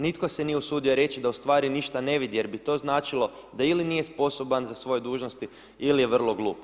Nitko se nije usudio reći da u stvari ništa ne vidi jer bi to značilo da ili nije sposoban za svoje dužnosti ili je vrlo glup.